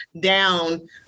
down